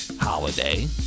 holiday